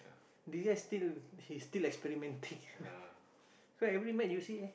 do you guys still he's still like experimenting so every match you see